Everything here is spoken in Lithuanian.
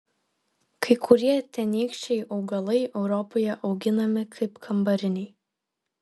kai kurie tenykščiai augalai europoje auginami kaip kambariniai